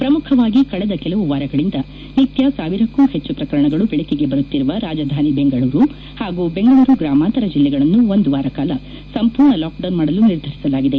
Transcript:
ಪ್ರಮುಖವಾಗಿ ಕಳೆದ ಕೆಲವು ವಾರಗಳಿಂದ ನಿತ್ತ ಸಾವಿರಕ್ಕೂ ಹೆಚ್ಚು ಪ್ರಕರಣಗಳು ಬೆಳಕಿಗೆ ಬರುತ್ತಿರುವ ರಾಜಧಾನಿ ಬೆಂಗಳೂರು ಹಾಗೂ ಬೆಂಗಳೂರು ಗ್ರಾಮಾಂತರ ಜಿಲ್ಲೆಗಳನ್ನು ಒಂದು ವಾರ ಕಾಲ ಸಂಪೂರ್ಣ ಲಾಕ್ಡೌನ್ ಮಾಡಲು ನಿರ್ಧರಿಸಲಾಗಿದೆ